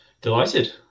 Delighted